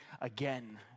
again